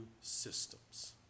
systems